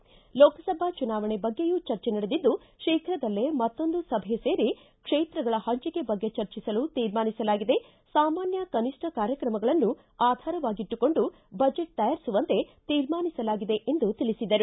ಲೋಕಸಭಾ ಚುನಾವಣೆ ಬಗ್ಗೆಯೂ ಚರ್ಚೆ ನಡೆದಿದ್ದು ಶೀಘದಲ್ಲೇ ಮತ್ತೊಂದು ಸಭೆ ಸೇರಿ ಕ್ಷೇತ್ರಗಳ ಹಂಚಿಕೆ ಬಗ್ಗೆ ಚರ್ಚಿಸಲು ತೀರ್ಮಾನಿಸಲಾಗಿದೆ ಸಾಮಾನ್ಯ ಕನಿಷ್ಠ ಕಾರ್ಯಕ್ರಮಗಳನ್ನು ಆಧಾರವಾಗಿಟ್ಟುಕೊಂಡು ಬಜೆಟ್ ತಯಾರಿಸುವಂತೆ ತೀರ್ಮಾನಿಸಲಾಗಿದೆ ಎಂದು ತಿಳಿಸಿದರು